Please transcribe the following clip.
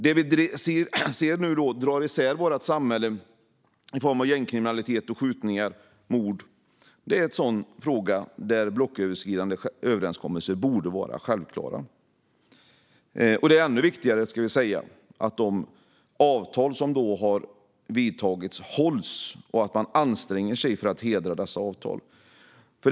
Det vi nu ser dra isär vårt samhälle i form av gängkriminalitet med skjutningar och mord är en sådan fråga där blocköverskridande överenskommelser borde vara självklara. Det gör det ännu viktigare att de avtal som har ingåtts hålls och att man anstränger sig för att hedra dessa avtal.